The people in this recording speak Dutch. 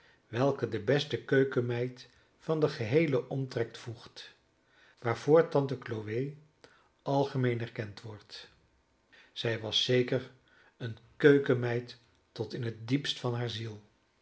welke de beste keukenmeid van den geheelen omtrek voegt waarvoor tante chloe algemeen erkend wordt zij was zeker eene keukenmeid tot in het diepst van